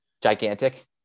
gigantic